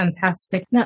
Fantastic